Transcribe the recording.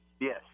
Yes